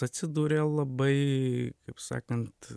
atsidūrė labai kaip sakant